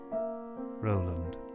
Roland